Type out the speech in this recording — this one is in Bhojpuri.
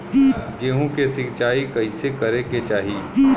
गेहूँ के सिंचाई कइसे करे के चाही?